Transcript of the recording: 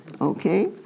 okay